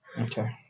Okay